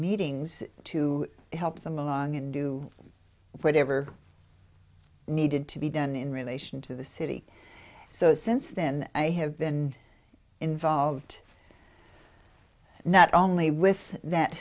meetings to help them along and do whatever needed to be done in relation to the city so since then i have been involved not only with that